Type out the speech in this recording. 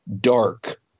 dark